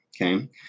Okay